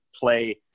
play